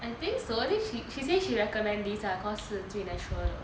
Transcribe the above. I think so at least she she say she recommend these ah cause 是最 natural 的